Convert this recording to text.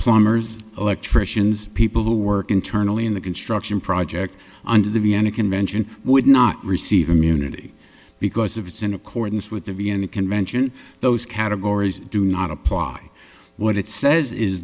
plumbers electricians people who work internally in the construction project under the vienna convention would not receive immunity because it's in accordance with the vienna convention those categories do not apply what it says is